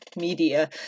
media